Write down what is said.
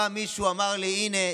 בא מישהו ואמר לי: הינה,